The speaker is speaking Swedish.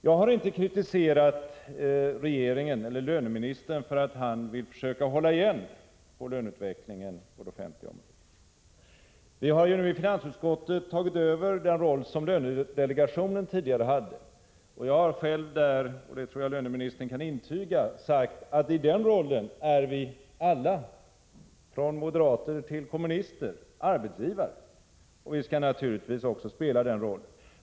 Jag har inte kritiserat regeringen eller löneministern för att han vill försöka hålla igen på löneutvecklingen på det offentliga området. Vi har nu i finansutskottet tagit över den roll som lönedelegationen tidigare hade. Jag har själv där sagt, det tror jag att löneministern kan intyga, att i den rollen är vi alla, från moderater till kommunister, arbetsgivare. Vi skall naturligtvis också spela den rollen.